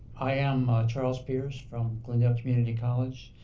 i am charles pierce from glendale community college.